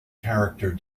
character